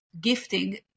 gifting